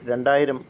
രണ്ടായിരം